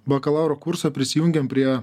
bakalauro kurso prisijungėm prie